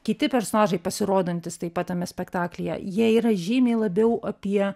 kiti personažai pasirodantys taip pat tame spektaklyje jie yra žymiai labiau apie